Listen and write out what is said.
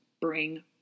bring